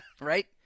right